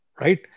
right